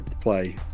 play